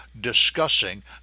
discussing